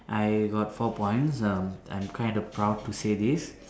I got four points um I'm kinda proud to say this